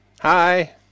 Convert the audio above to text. hi